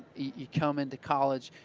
you come into college,